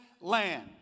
land